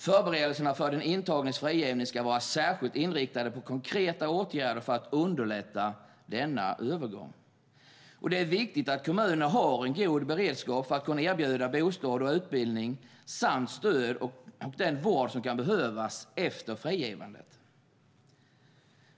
Förberedelserna för den intagnes frigivning ska vara särskilt inriktade på konkreta åtgärder för att underlätta denna övergång. Det är viktigt att kommuner har en god beredskap för att kunna erbjuda bostad och utbildning samt stöd och den vård som kan behövas efter frigivandet.